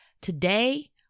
Today